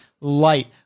light